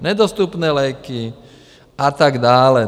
Nedostupné léky a tak dále.